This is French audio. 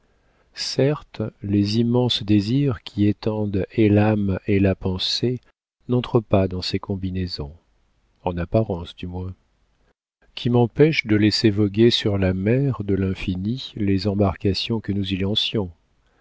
certes les immenses désirs qui étendent et l'âme et la pensée n'entrent pas dans ces combinaisons en apparence du moins qui m'empêche de laisser voguer sur la mer de l'infini les embarcations que nous y